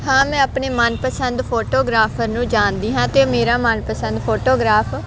ਹਾਂ ਮੈਂ ਆਪਣੇ ਮਨਪਸੰਦ ਫੋਟੋਗ੍ਰਾਫਰ ਨੂੰ ਜਾਣਦੀ ਹਾਂ ਅਤੇ ਮੇਰਾ ਮਨਪਸੰਦ ਫੋਟੋਗ੍ਰਾਫ